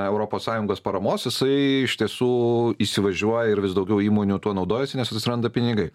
europos sąjungos paramos jisai iš tiesų įsivažiuoja ir vis daugiau įmonių tuo naudojasi nes atsiranda pinigai